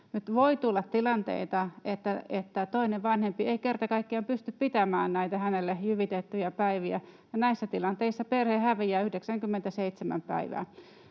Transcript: Nyt voi tulla tilanteita, että toinen vanhempi ei kerta kaikkiaan pysty pitämään näitä hänelle jyvitettyjä päiviä, ja näissä tilanteissa perhe häviää 97 päivää.